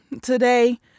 today